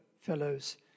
fellows